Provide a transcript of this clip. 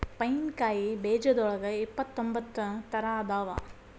pine ಕಾಯಿ ಬೇಜದೋಳಗ ಇಪ್ಪತ್ರೊಂಬತ್ತ ತರಾ ಅದಾವ